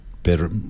better